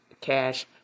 cash